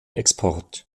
export